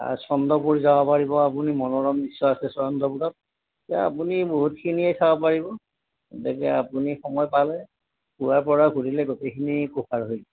আৰু চন্দ্ৰপুৰ যাব পাৰিব আপুনি মনোৰম দৃশ্য আছে চন্দ্ৰপুৰত এই আপুনি বহুতখিনিয়ে চাব পাৰিব গতিকে আপুনি সময় পালে পুৱাৰ পৰা ঘূৰিলে গোটেইখিনি কভাৰ হৈ যাব